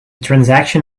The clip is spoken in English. transaction